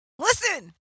Listen